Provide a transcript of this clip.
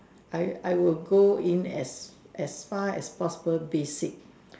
I I would go in as as far as possible be sick